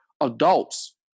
adults